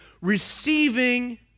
receiving